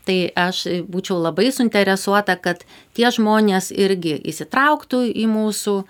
tai aš būčiau labai suinteresuota kad tie žmonės irgi įsitrauktų į mūsų